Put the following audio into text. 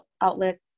outlet